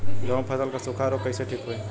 गेहूँक फसल क सूखा ऱोग कईसे ठीक होई?